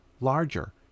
larger